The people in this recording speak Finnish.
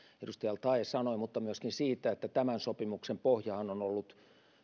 edustaja al taee sanoi mutta myöskin siitä että tämän sopimuksen pohjahan on ollut